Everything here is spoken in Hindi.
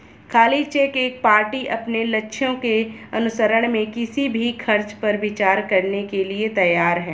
खाली चेक एक पार्टी अपने लक्ष्यों के अनुसरण में किसी भी खर्च पर विचार करने के लिए तैयार है